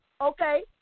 okay